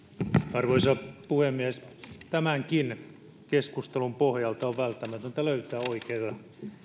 arvoisa puhemies tämänkin keskustelun pohjalta on välttämätöntä löytää oikeita